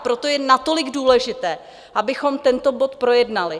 A proto je natolik důležité, abychom tento bod projednali.